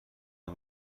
این